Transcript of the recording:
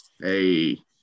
Hey